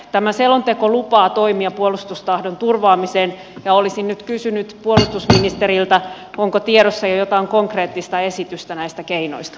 tämä selonteko lupaa toimia puolustustahdon turvaamiseen ja olisin nyt kysynyt puolustusministeriltä onko tiedossa jo jotain konkreettista esitystä näistä keinoista